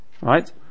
Right